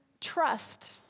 trust